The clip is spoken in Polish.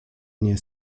nie